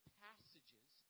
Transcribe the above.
passages